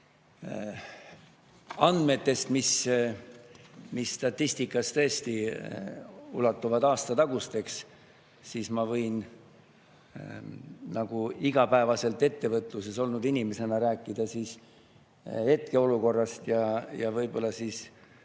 andmetest, mis statistikas tõesti ulatuvad aastatagusteks, siis ma võin igapäevaselt ettevõtluses olnud inimesena rääkida hetkeolukorrast ja võib-olla mitte